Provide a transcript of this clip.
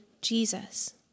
Jesus